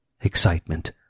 Excitement